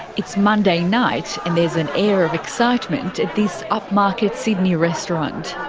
it's monday night, and there's an air of excitement at this up-market sydney restaurant.